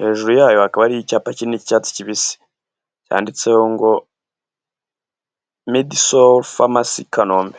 Hejuru yayo hakaba hari icyapa kinini cy'icyatsi kibisi cyanditseho ngo "Med sol farmacy Kanombe".